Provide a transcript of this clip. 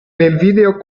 video